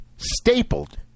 stapled